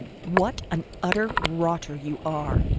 what an utter rotter you are!